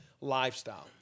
lifestyle